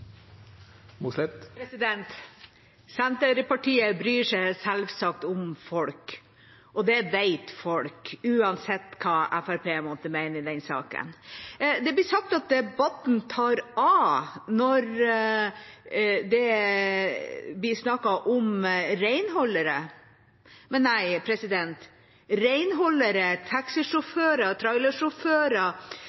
Senterpartiet bryr seg selvsagt om folk, og det vet folk, uansett hva Fremskrittspartiet måtte mene om den saken. Det blir sagt at debatten tar av når det blir snakket om renholdere. Men